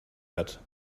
hat